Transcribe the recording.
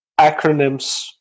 acronyms